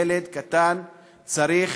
ילד קטן צריך